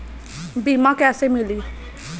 बीमा कैसे मिली?